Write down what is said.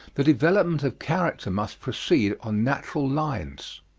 the development of character must proceed on natural lines.